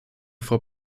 frau